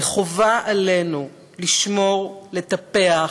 חובה עלינו לשמור, לטפח,